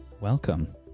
Welcome